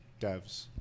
devs